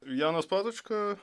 janas patočka